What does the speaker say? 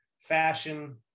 fashion